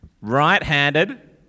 Right-handed